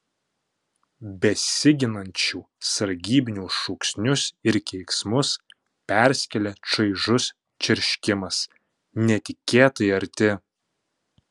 besiginančių sargybinių šūksnius ir keiksmus perskėlė čaižus čerškimas netikėtai arti